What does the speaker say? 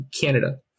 canada